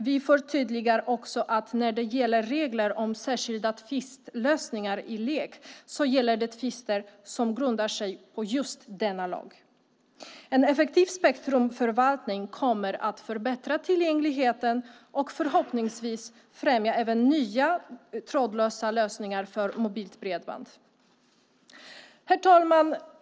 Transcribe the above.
Vi förtydligar också att när det gäller regler om särskilda tvistlösningar i LEK gäller det tvister som grundar sig på just denna lag. En effektiv spektrumförvaltning kommer att förbättra tillgängligheten och förhoppningsvis främja även nya trådlösa lösningar för mobilt bredband. Herr talman!